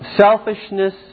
selfishness